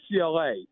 UCLA